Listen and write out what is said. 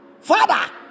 Father